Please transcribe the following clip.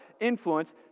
influence